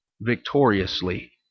victoriously